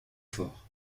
fort